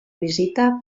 visita